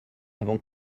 avant